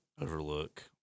overlook